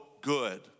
good